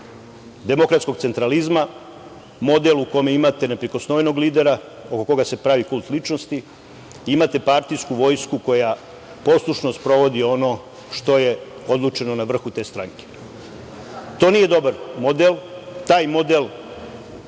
demokratskog centralizma. Model u kome imate neprikosnovenog lidera oko koga se pravi kult ličnosti, imate partijsku vojsku koja poslušno sprovodi ono što je odlučeno na vrhu te stranke. To nije dobar model. Taj model